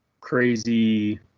crazy